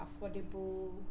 affordable